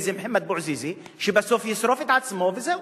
איזה מוחמד בועזיזי שבסוף ישרוף את עצמו וזהו.